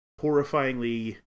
horrifyingly